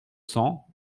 cents